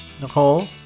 Nicole